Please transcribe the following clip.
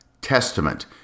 Testament